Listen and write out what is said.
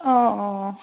অঁ অঁ